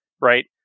right